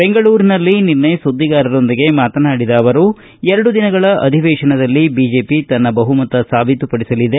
ಬೆಂಗಳೂರಿನಲ್ಲಿ ನಿನ್ನೆ ಸುದ್ದಿಗಾರರೊಂದಿಗೆ ಮಾತನಾಡಿದ ಅವರು ಎರಡು ದಿನಗಳ ಅಧಿವೇಶನದಲ್ಲಿ ಬಿಜೆಪಿ ತನ್ನ ಬಹುಮತ ಸಾಬೀತುಪಡಿಸಲಿದೆ